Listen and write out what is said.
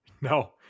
no